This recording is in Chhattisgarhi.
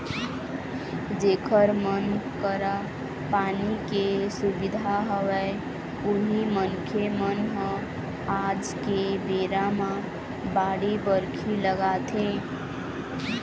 जेखर मन करा पानी के सुबिधा हवय उही मनखे मन ह आज के बेरा म बाड़ी बखरी लगाथे